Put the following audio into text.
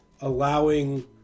allowing